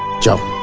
joke